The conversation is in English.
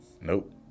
Nope